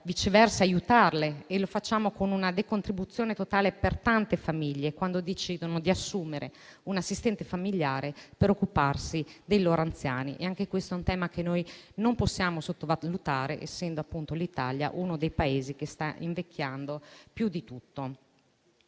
viceversa aiutarle e lo facciamo con una decontribuzione totale per le tante famiglie che decidono di assumere un assistente familiare per occuparsi dei loro anziani: anche questo è un tema che non possiamo sottovalutare, essendo appunto l'Italia uno dei Paesi che stanno invecchiando di più.